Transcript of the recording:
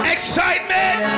Excitement